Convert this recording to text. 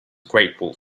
grateful